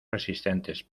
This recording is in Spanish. resistentes